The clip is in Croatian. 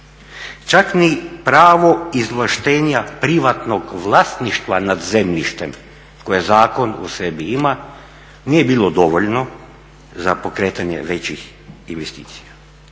Čak ni pravo izvlaštenja privatnog vlasništva nad zemljištem koje zakon u sebi ima nije bilo dovoljno za pokretanje većih investicija.